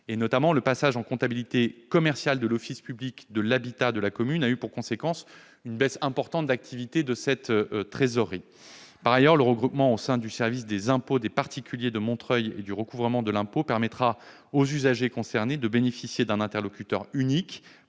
public. Le passage en comptabilité commerciale de l'office public de l'habitat de la commune a notamment eu pour conséquence une baisse importante d'activité de cette trésorerie. Par ailleurs, le regroupement au sein du service des impôts des particuliers de Montreuil et du recouvrement de l'impôt permettra aux usagers concernés de bénéficier d'un interlocuteur unique